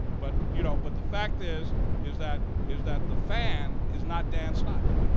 but you know but the fact is is that is that the fan is not dan snyder.